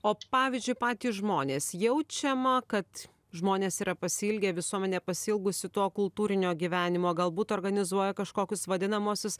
o pavyzdžiui patys žmonės jaučiama kad žmonės yra pasiilgę visuomenė pasiilgusi to kultūrinio gyvenimo galbūt organizuoja kažkokius vadinamuosius